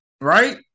right